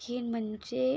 हे म्हणजे